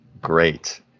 Great